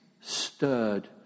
Stirred